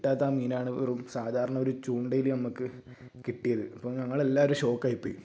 കിട്ടാത്ത മീനാണ് വെറും സാധാരണ ഒരു ചൂണ്ടയിൽ ഞമ്മക്ക് കിട്ടിയത് അപ്പോൾ ഞങ്ങളെല്ലാവരും ഷോക്കായിപ്പോയി